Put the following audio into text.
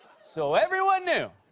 so everyone knew.